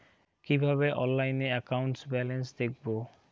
কিভাবে অনলাইনে account balance দেখবো?